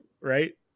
right